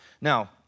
Now